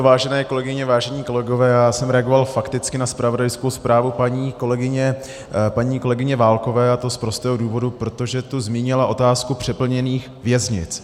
Vážené kolegyně, vážení kolegové, já jsem reagoval fakticky na zpravodajskou zprávu paní kolegyně Válkové, a to z prostého důvodu, protože tu zmínila otázku přeplněných věznic.